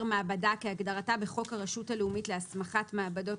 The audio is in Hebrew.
מעבדה כהגדרתה בחוק הרשות הלאומית להסמכת מעבדות,